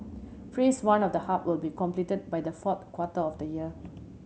Phase One of the hub will be completed by the fourth quarter of the year